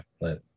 let